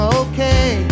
okay